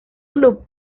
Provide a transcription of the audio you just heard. club